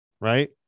right